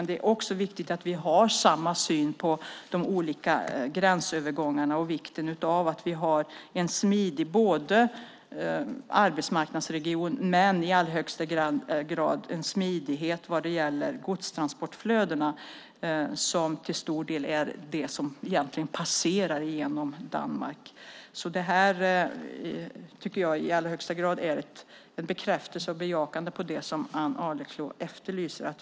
Det är viktigt att vi har samma syn på de olika gränsövergångarna, att vi har en väl fungerande arbetsmarknadsregion och att vi inte minst har en smidighet vad gäller godstransportflödena, som till stor del passerar genom Danmark. Det här är i allra högsta grad en bekräftelse och ett bejakande av det som Ann Arleklo efterlyser.